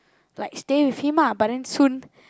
like stay with him ah but then soon